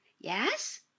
Yes